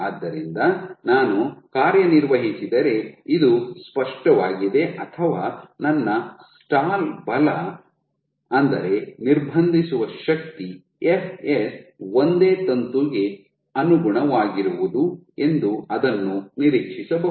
ಆದ್ದರಿಂದ ನಾನು ಕಾರ್ಯನಿರ್ವಹಿಸಿದರೆ ಇದು ಸ್ಪಷ್ಟವಾಗಿದೆ ಅಥವಾ ನನ್ನ ಸ್ಟಾಲ್ ಬಲ ನಿರ್ಬಂಧಿಸುವ ಶಕ್ತಿ fs ಒಂದೇ ತಂತುಗೆ ಅನುಗುಣವಾಗಿರುವುದು ಎಂದು ಅದನ್ನು ನಿರೀಕ್ಷಿಸಬಹುದು